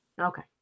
Okay